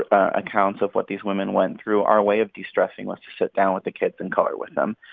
ah accounts of what these women went through, our way of de-stressing was sit down with the kids and color with them,